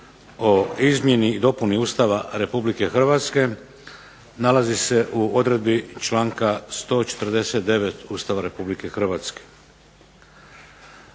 o izmjeni i dopuni Ustava Republike Hrvatske nalazi se u odredbi članka 149. Ustava Republike Hrvatske.